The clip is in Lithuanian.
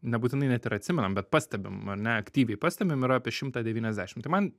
nebūtinai net ir atsimenam bet pastebim ar ne aktyviai pastebim yra apie šimtą devyniasdešim tai man